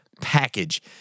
package